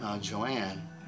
Joanne